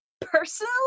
personally